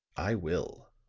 i will.